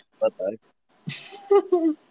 Bye-bye